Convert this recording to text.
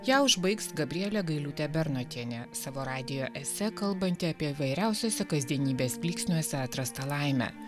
ją užbaigs gabrielė gailiūtė bernotienė savo radijo esė kalbanti apie įvairiausiuose kasdienybės blyksniuose atrastą laimę